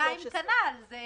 2 כנ"ל, זה